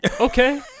okay